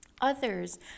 others